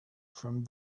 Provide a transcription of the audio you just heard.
from